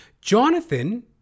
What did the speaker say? Jonathan